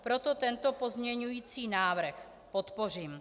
Proto tento pozměňovací návrh podpořím.